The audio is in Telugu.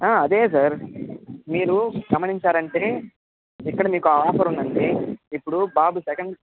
అదే సార్ మీరు గమనించారంటే ఇక్కడ మీకు ఆఫర్ ఉందండి ఇప్పుడు బాబు సెకండ్